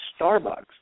Starbucks